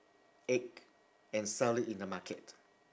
egg and sell it in the market